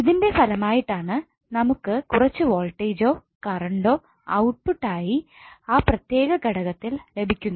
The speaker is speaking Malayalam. ഇതിന്റെ ഫലമായിട്ടാണ് നമുക്ക് കുറച്ച് വോൾട്ടേജ്ജോ കറണ്ടോ ഔട്ട്പുട്ട് ആയി ആ പ്രത്യേക ഘടകത്തിൽ ലഭിക്കുന്നത്